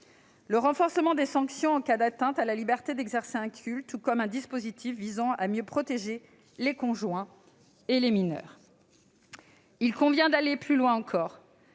le renforcement des sanctions en cas d'atteinte à la liberté d'exercer un culte ; ou le dispositif visant à mieux protéger les conjoints et les mineurs. Messieurs les ministres,